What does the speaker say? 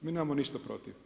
Mi nemamo ništa protiv.